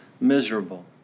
miserable